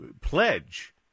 pledge